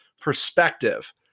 perspective